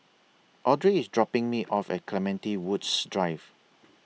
Audry IS dropping Me off At Clementi Woods Drive